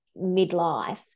midlife